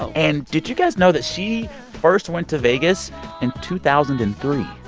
and did you guys know that she first went to vegas in two thousand and three?